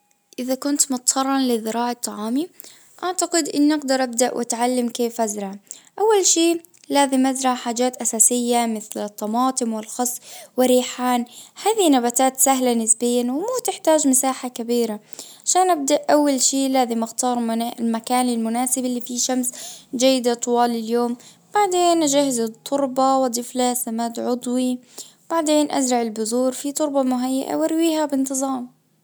اذا كنت مضطرا لذراعة طعامي اعتقد اني اقدر ابدأ واتعلم كيف ازرع. اول شيء لازم ازرع حاجات اساسية مثل الطماطم والخس وريحان. هذه نباتات سهلة نسبيا ومو تحتاج مساحة كبيرة. سنبدأ اول شيء لازم اختار المكان المناسب اللي فيه شمس جيدة طوال اليوم بعدين اجهز التربة واضيف لها سماد عضوي وبعدين ازرع البزور في تربة مهيأة وارويها بانتظام.